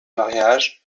mariage